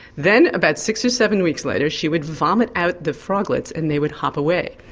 then about six or seven weeks later she would vomit out the froglets and they would hop away.